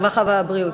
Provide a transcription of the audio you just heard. הרווחה והבריאות?